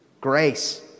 Grace